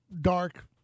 dark